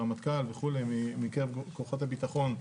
הרמטכ"ל וכו' מקרב כוחות הביטחון,